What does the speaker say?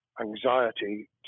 anxiety